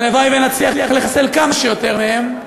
הלוואי שנצליח לחסל כמה שיותר מהם,